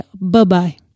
bye-bye